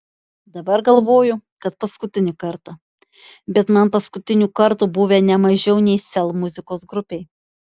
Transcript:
dabar galvoju kad paskutinį kartą bet man paskutinių kartų buvę ne mažiau nei sel muzikos grupei